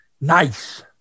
Nice